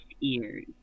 ears